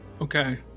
okay